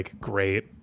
great